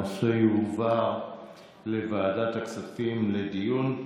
הנושא יובא לוועדת הכספים לדיון.